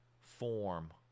form